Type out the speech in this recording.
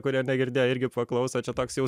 kurie negirdėjo irgi paklauso čia toks jau